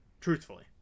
Truthfully